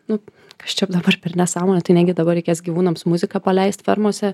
nu kas čia dabar per nesąmonė tai negi dabar reikės gyvūnams muziką paleist fermose